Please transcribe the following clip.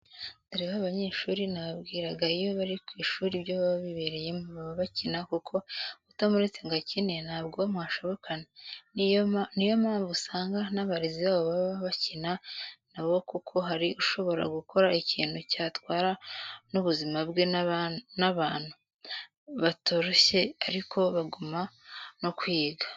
Dore b'abanyeshuri nababwiraga iyo bari ku ishuri ibyo baba bibereyemo baba bakina kuko utamuretse ngo akine ntabwo mwashobokana, ni yo mpamvu usanga n'abarezi babo baba bakina na bo kuko hari ushobora gukora ikintu cyatwara n'ubuzima bwe n'abantu batoroshye ariko bagumba no kwiga.